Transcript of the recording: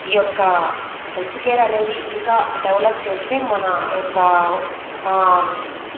ఈ యొక్క హెల్త్కేర్ అనేది ఇంకా డెవలప్ చేస్తే మన యొక్క